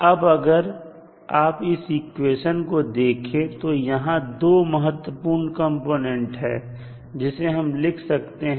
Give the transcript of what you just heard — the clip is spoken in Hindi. अब अगर आप इस इक्वेशन को देखें तो यहां दो महत्वपूर्ण कंपोनेंट हैं जिसे हम लिख सकते हैं